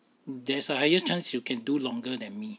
there's a higher chance you can do longer than me